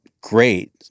great